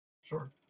sure